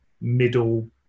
middle